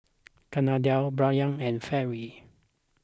Kennedi Brion and Fairy